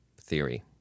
theory